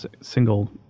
single